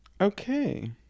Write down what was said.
Okay